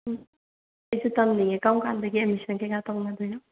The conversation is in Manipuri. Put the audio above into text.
ꯎꯝ ꯑꯩꯁꯨ ꯇꯝꯅꯤꯡꯉꯦ ꯀꯔꯝ ꯀꯥꯟꯗꯒꯤ ꯑꯦꯗꯃꯤꯁꯟ ꯀꯩꯀꯥ ꯇꯧꯅꯗꯣꯏꯅꯣ